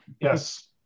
Yes